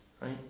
right